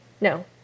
no